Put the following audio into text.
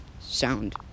sound